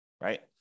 right